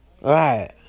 right